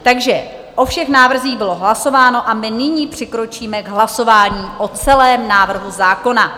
Takže o všech návrzích bylo hlasováno a my nyní přikročíme k hlasování o celém návrhu zákona.